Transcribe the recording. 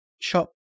chop